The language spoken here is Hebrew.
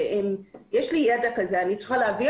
ואם יש לי מידע כזה אני צריכה להעביר